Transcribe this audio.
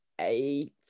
eight